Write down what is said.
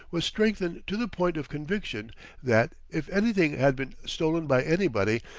was strengthened to the point of conviction that, if anything had been stolen by anybody,